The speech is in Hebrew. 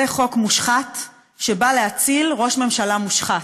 חוק מושחת שנועד להציל ראש ממשלה מושחת.